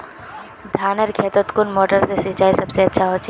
धानेर खेतोत कुन मोटर से सिंचाई सबसे अच्छा होचए?